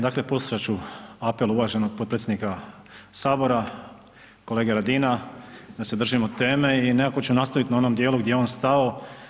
Dakle, poslušat ću apel uvaženog potpredsjednika Sabora, kolege Radina da se držimo teme i nekako ću nastaviti na onom djelu gdje je on stao.